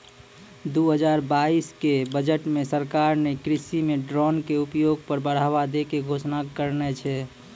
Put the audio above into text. दू हजार बाइस के बजट मॅ सरकार नॅ कृषि मॅ ड्रोन के उपयोग पर बढ़ावा दै के घोषणा करनॅ छै